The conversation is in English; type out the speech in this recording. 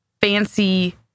fancy